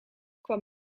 kwam